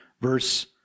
verse